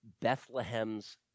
Bethlehem's